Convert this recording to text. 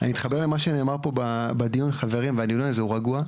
אני אתחבר למה שנאמר פה בדיון חברים והדיון הזה הוא רגוע,